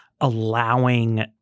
Allowing